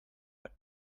but